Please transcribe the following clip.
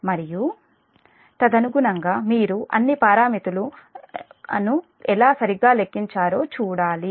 మరియు తదనుగుణంగా మీరు అన్ని పారామితులు ను ఎలా సరిగ్గా లెక్కించారో చూడాలి